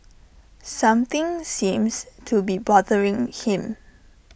something seems to be bothering him